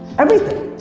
everything!